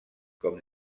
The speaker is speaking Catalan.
com